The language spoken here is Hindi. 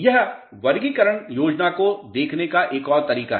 यह वर्गीकरण योजना को देखने का एक और तरीका है